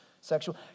sexual